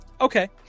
Okay